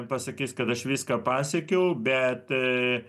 pasakys kad aš viską pasiekiau bet